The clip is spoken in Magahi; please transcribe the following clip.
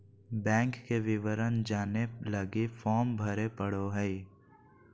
बैंक के विवरण जाने लगी फॉर्म भरे पड़ो हइ